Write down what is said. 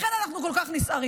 לכן אנחנו כל כך נסערים.